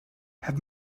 have